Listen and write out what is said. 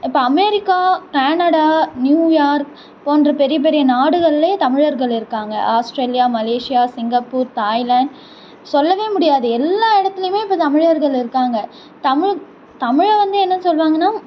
அப்போ America Canada New York போன்ற போன்ற பெரிய பெரிய நாடுகள்லேயே தமிழர்கள் இருக்காங்க ஆஸ்திரேலியா மலேசியா சிங்கப்பூர் தாய்லாந்து சொல்லவே முடியாது எல்லா இடத்துலையுமே இப்போ தமிழர்கள் இருக்காங்க தமிழ் தமிழை வந்து என்னென்னு சொல்லுவாங்கன்னா